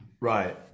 Right